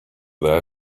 there